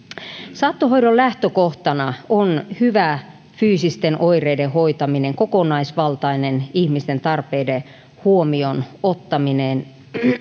saattohoidon lähtökohtana on hyvä fyysisten oireiden hoitaminen kokonaisvaltainen ihmisen tarpeiden huomioon ottaminen